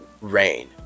rain